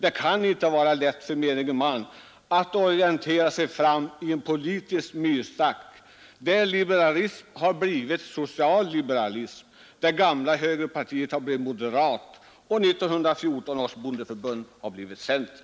Det kan inte vara lätt för menige man att orientera sig fram i en politisk myrstack, där liberalism har blivit socialliberalism, där gamla högerpartiet har blivit moderat och där 1914 års bondeförbund har blivit center.